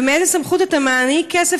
ומאיזו סמכות אתה מעניק כסף,